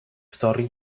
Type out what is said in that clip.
stori